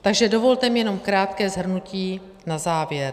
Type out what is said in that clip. Takže dovolte mi jenom krátké shrnutí na závěr.